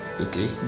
okay